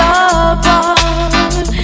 apart